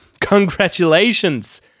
Congratulations